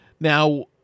now